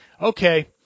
okay